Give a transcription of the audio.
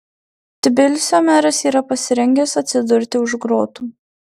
tbilisio meras yra pasirengęs atsidurti už grotų